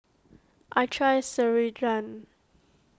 I trust Ceradan